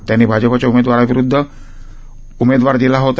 त्यांनी भाजपाच्या उमेदवाराविरुदध उमेदवार दिला होता